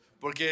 Porque